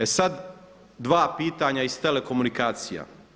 E sad, dva pitanja iz telekomunikacija.